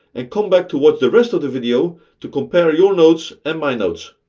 and come back to watch the rest of the video to compare your notes and my notes.